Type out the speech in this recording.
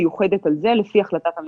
מיוחדת על זה לפי החלטת הממשלה אתמול.